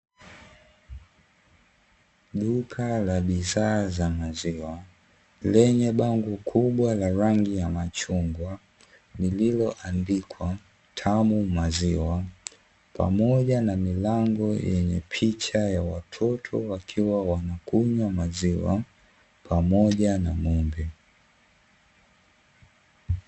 Duka la bidhaa za maziwa lenye bango kubwa la rangi ya machungwa lililoandikwa “Tamu maziwa” pamoja na milango yenye picha ya watoto, wakiwa wanakunywa maziwa pamoja na ng’ombe.